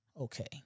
Okay